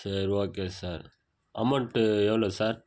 சரி okay sir amount எவ்வளோ sir